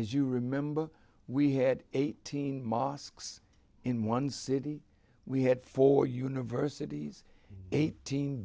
as you remember we had eighteen mosques in one city we had four universities eighteen